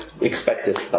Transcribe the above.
expected